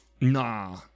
nah